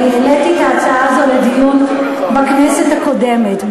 אני העליתי את ההצעה הזאת לדיון בכנסת הקודמת.